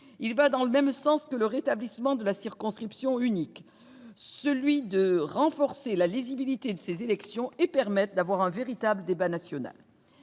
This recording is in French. Elle va dans le même sens que le rétablissement de la circonscription unique. Il s'agit de renforcer la lisibilité de ces élections et de permettre un véritable débat national.